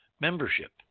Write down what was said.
membership